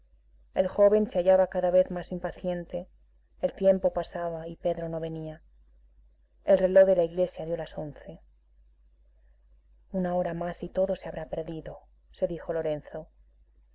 el joven se hallaba cada vez más impaciente el tiempo pasaba y pedro no venía el reloj de la iglesia dio las once una hora más y todo se habrá perdido se dijo lorenzo